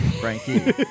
Frankie